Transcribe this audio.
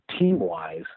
team-wise